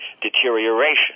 deterioration